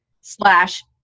slash